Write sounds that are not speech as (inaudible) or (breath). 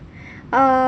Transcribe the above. (breath) uh